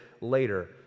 later